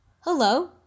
Hello